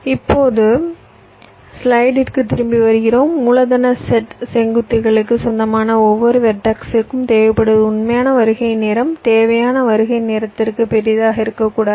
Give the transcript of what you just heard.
இப்போது ஸ்லைடிற்கு திரும்பி வருகிறோம் மூலதன செட் செங்குத்துகளுக்கு சொந்தமான ஒவ்வொரு வெர்டெக்ஸிற்கும் தேவைப்படுவது உண்மையான வருகை நேரம் தேவையான வருகை நேரத்திற்கு பெரியதாக இருக்கக்கூடாது